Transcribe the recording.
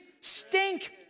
stink